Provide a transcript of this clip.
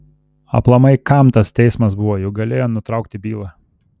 aplamai kam tas teismas buvo juk galėjo nutraukti bylą